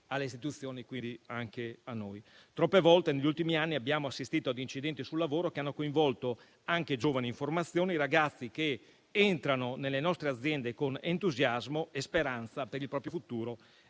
alle istituzioni, quindi anche a noi. Troppe volte negli ultimi anni abbiamo assistito ad incidenti sul lavoro che hanno coinvolto anche giovani in formazione, ragazzi che entrano nelle nostre aziende con entusiasmo e speranza per il proprio futuro